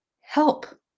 help